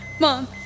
Mom